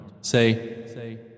Say